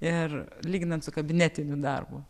ir lyginant su kabinetiniu darbu